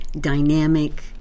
dynamic